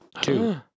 Two